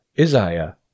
Isaiah